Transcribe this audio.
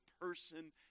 person